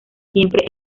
siempre